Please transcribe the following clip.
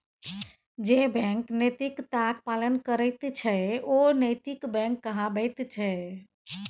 जे बैंक नैतिकताक पालन करैत छै ओ नैतिक बैंक कहाबैत छै